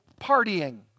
partying